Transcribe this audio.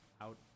out